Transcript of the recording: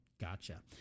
Gotcha